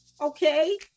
okay